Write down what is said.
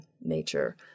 nature